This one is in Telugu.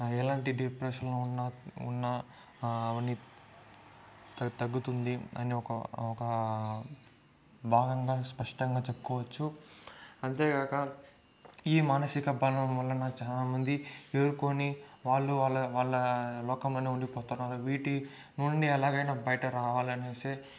ఎలాంటి డిప్రెషన్లో ఉన్న ఉన్న అవన్నీ తగ్గు తగ్గుతుంది అని ఒక ఒక భాగంగా స్పష్టంగా చెప్పుకోవచ్చు అంతేకాక ఈ మానసిక బలం వలన చాలా మంది ఎదుర్కొని వాళ్ళు వాళ్ల వాళ్ల లోకంలోనే ఉండిపోతున్నారు వీటి నుండి ఎలాగైనా బయట రావాలనేసే